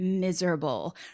miserable